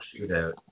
Shootout